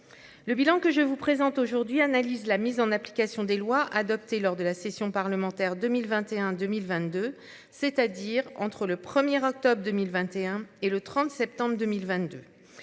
Le bilan que je vous présente aujourd'hui. Analyse la mise en application des lois adoptées lors de la session parlementaire 2021 2022, c'est-à-dire entre le premier octobre 2021 et le 30 septembre 2022.